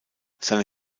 seine